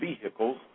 vehicles